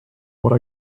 what